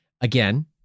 again